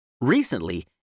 Recently